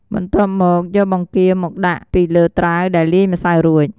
បន្ទាប់មកយកបង្គាមកដាក់ពីលើត្រាវដែលលាយម្សៅរួច។